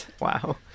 Wow